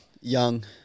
Young